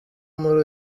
muri